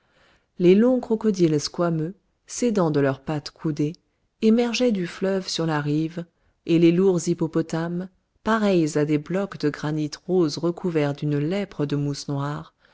les longs crocodiles squameux s'aidant de leurs pattes coudées émergeaient du fleuve sur la rive et les lourds hippopotames pareils à des blocs de granit rose recouverts d'une lèpre de mousse noire